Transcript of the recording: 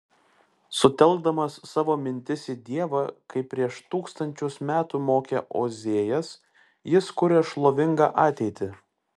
sutelkdamas savo mintis į dievą kaip prieš tūkstančius metų mokė ozėjas jis kuria šlovingą ateitį